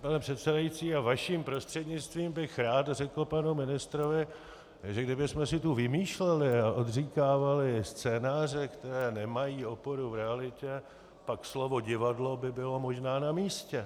Pane předsedající, vaším prostřednictvím bych rád řekl panu ministrovi, že kdybychom si tu vymýšleli a odříkávali scénáře, které nemají oporu v realitě, pak slovo divadlo by bylo možná namístě.